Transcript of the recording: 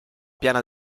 piana